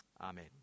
Amen